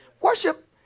Worship